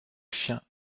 chiens